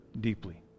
deeply